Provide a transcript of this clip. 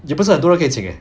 也不是很多人可以请 eh